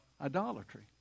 idolatry